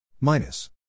Minus